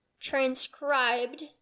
transcribed